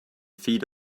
feet